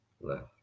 left